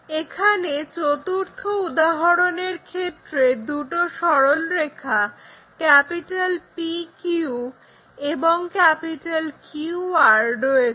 এখানে চতুর্থ উদাহরণের ক্ষেত্রে দুটো সরলরেখা PQ এবং QR রয়েছে